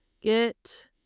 get